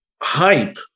hype